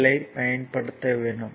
L I பயன்படுத்த வேண்டும்